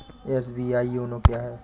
SBI YONO क्या है?